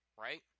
Right